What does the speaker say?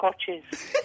Scotches